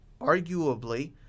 arguably